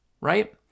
Right